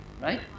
Right